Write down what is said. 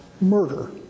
murder